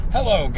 Hello